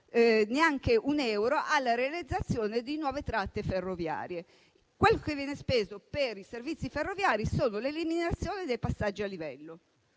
neanche un euro alla realizzazione di nuove tratte ferroviarie. Quello che viene speso per i servizi ferroviari concerne l'eliminazione dei passaggi a livello.